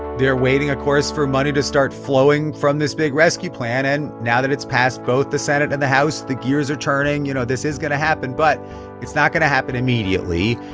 they're waiting, of course, for money to start flowing from this big rescue plan. and now that it's passed both the senate and the house, the gears are turning. you know, this is going to happen. but it's not going to happen immediately.